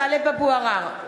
(קוראת בשמות חברי הכנסת) טלב אבו עראר,